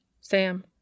Sam